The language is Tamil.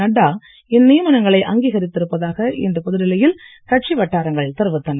நட்டா இந்நியமனங்களை அங்கீகரித்து இருப்பதாக இன்று புதுடில்லியில் கட்சி வட்டாரங்கள் தெரிவித்தன